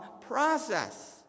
process